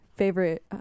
favorite